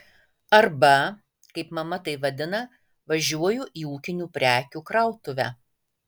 arba kaip mama tai vadina važiuoju į ūkinių prekių krautuvę